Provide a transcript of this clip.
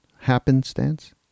happenstance